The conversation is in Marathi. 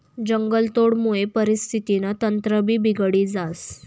जंगलतोडमुये परिस्थितीनं तंत्रभी बिगडी जास